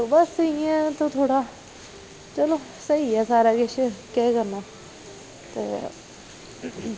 बस इ'यां गै इ'त्थूं थोह्ड़ा चलो स्हेई ऐ सारा किश केह् करना ते